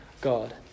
God